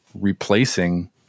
replacing